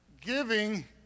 giving